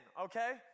okay